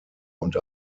und